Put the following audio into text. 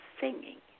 singing